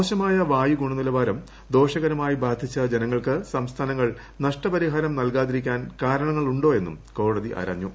മോശമായ വായു ഗുണനിലവാരം ദോഷകരമായി ബാധിച്ച ജനങ്ങൾക്ക് സംസ്ഥാനങ്ങൾ നഷ്ടപരിഹാരം നൽകാതിരിക്കാൻ കാരണങ്ങളുണ്ടോ എന്നും കോടതി ആരാഞ്ഞു